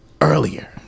earlier